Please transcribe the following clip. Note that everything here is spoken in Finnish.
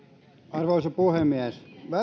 arvoisa puhemies